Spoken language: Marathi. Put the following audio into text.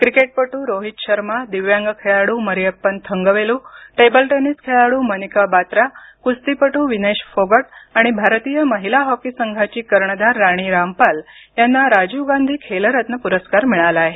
क्रिकेटपटू रोहित शर्मा दिव्यांग खेळाडू मरियप्पन थंगवेलू टेबल टेनिस खेळाडू मनिका बात्रा कुस्तीपटू विनेश फोगट आणि भारतीय महिला हॉकी संघाची कर्णधार राणी रामपाल यांना राजीव गांधी खेलरत्न पुरस्कार मिळाला आहे